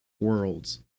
worlds